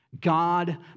God